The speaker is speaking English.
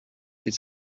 its